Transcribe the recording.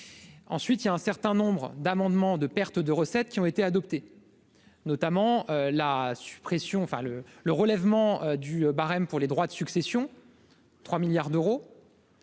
ensuite il y a un certain nombre d'amendements de de recettes qui ont été adoptés notamment la suppression enfin le le relèvement du barème pour les droits de succession, 3 milliards d'euros,